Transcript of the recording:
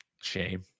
Shame